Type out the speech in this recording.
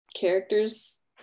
characters